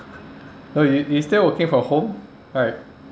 no you you still working from home right